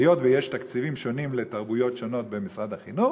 היות שיש תקציבים שונים לתרבויות שונות במשרד החינוך,